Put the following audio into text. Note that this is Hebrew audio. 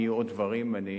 אם יהיו עוד דברים, אני